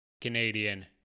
Canadian